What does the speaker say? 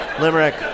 Limerick